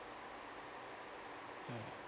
mm